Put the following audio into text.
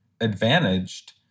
advantaged